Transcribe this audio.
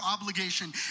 obligation